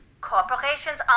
Corporations